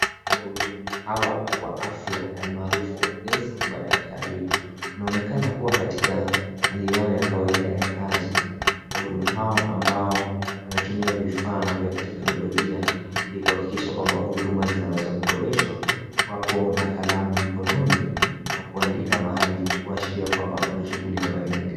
Wahudumu hawa wa afya alimaarufu nesi na madaktari wanaonekana wakiwa katika hali yao ya kawaida ya kazi. Wahudumu hawa ambao wanatumia vifaa vya kiteknolojia ili kuhakikisha kwamba huduma zinaweza kuboreshwa, wapo na kalamu mkononi na kuandika mahali kuashiria kwamba kuna shughuli ambayo inaendelea.